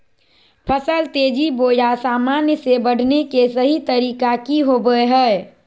फसल तेजी बोया सामान्य से बढने के सहि तरीका कि होवय हैय?